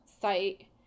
site